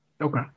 Okay